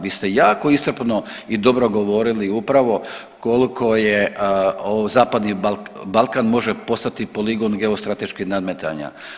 Vi ste jako iscrpno i dobro govorili upravo koliko je Zapadni Balkan može postati poligon geostrateških nadmetanja.